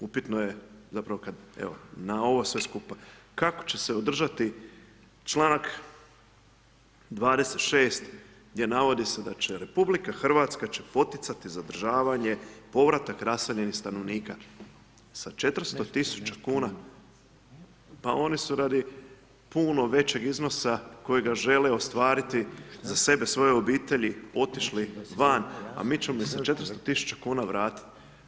Upitno je zapravo, kada na ovo sve skupa, kako že se održati čl. 26. gdje navodi se da će RH će poticati zadržavanje, povratak raseljenih stanovnika, sa 400 tisuća kn, pa oni su radi puno većeg iznosa, kojega žele ostvariti za sebe, svoje obitelji, otišli van, a mi ćemo za 400 tisuća kn vratiti.